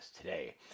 today